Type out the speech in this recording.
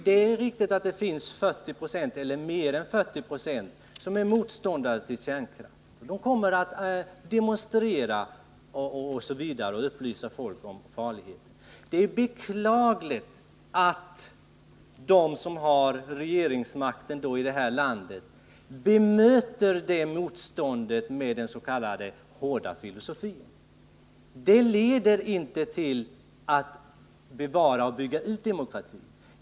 Det är riktigt att 40 70 eller mer än 40 20 av landets befolkning är motståndare till kärnkraft. De kommer att demonstrera och upplysa folk om kärnkraftens farlighet. Det är beklagligt att de som har regeringsmakten i det här landet bemöter det motståndet med den s.k. hårda filosofin. Det leder inte till att bevara och bygga ut demokratin.